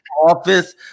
office